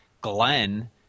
Glenn